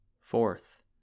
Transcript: Fourth